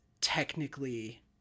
technically